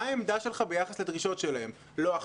מה העמדה שלך ביחס לדרישות שלהם?